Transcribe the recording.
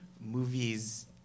movies